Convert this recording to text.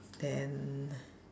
then